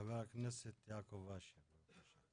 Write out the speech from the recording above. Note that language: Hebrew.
חבר הכנסת יעקב אשר, בבקשה.